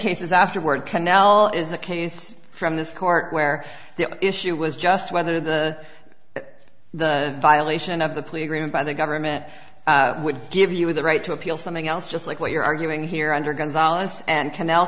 cases afterward canel is a case from this court where the issue was just whether the the violation of the plea agreement by the government would give you the right to appeal something else just like what you're arguing here und